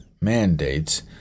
mandates